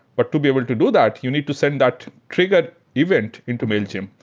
but to be able to do that, you need to send that triggered event into mailchimp.